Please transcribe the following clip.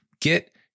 get